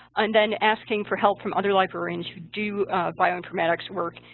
and then asking for help from other librarians who do bioinformatics work,